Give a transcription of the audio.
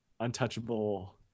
untouchable